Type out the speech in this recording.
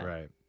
Right